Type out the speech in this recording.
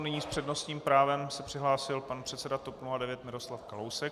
Nyní s přednostním právem se přihlásil pan předseda TOP 09 Miroslav Kalousek.